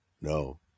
no